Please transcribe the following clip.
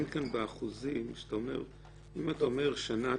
אם אתה אומר שנה או